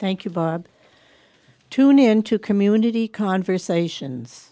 thank you bob tune into community conversations